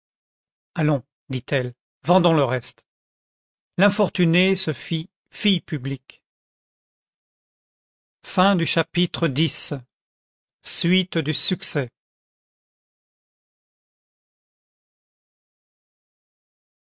allons dit-elle vendons le reste l'infortunée se fit fille publique chapitre